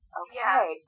okay